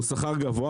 הוא שכר גבוה,